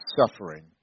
suffering